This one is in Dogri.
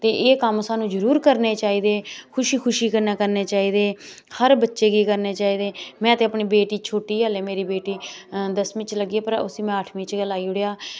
ते एह् कम्म सानूं जरूर करने चाहिदे खुशी खुशी कन्नै चाहिदे हर बच्चे गी करने चाहिदे मैं ते अपनी बेटी छोटी ऐ अल्लै मेरी बेटी दसमीं च लग्गी ऐ पर उस्सी मैं अठमीं च गै लाई ओड़ेआ